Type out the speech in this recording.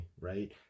right